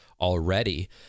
already